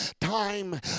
time